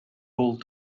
hold